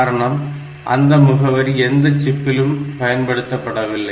காரணம் அந்த முகவரி எந்த சிப்பிலும் பயன்படுத்தப்படவில்லை